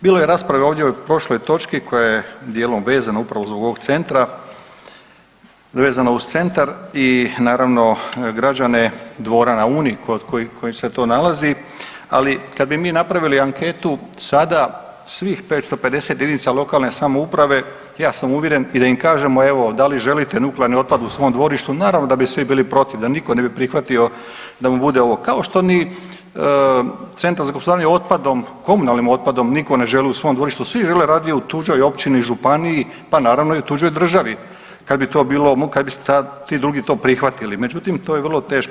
Bilo je rasprave ovdje o prošloj točki koja je djelom vezana upravo za ovog centra, vezano uz centar i naravno građane Dvora na Uni kod kojih se to nalazi, ali kad bi mi napravili anketu sada svih 550 JLS ja sam uvjeren i da im kažemo evo da li želite nuklearni otpad u svom dvorištu naravno da bi svi bili protiv, da nitko ne bi prihvatio da mu bude ovo, kao što ni centar za gospodarenjem otpadom, komunalnim otpadom nitko ne želi u svom dvorištu, svi žele radije u tuđoj općini i županiji, pa naravno i u tuđoj državi kad bi to ti drugi to prihvatili, međutim to je vrlo teško.